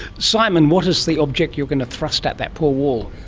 simon, what is the object you're going to thrust at that poor wall?